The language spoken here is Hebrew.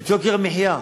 את יוקר המחיה.